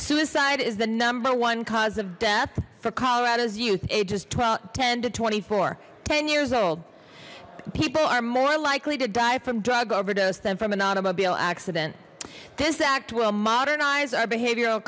suicide is the number one cause of death for colorado's youth ages twelve ten to twenty four ten years old people are more likely to die from drug overdose than from an automobile accident this act will modernize our behavioral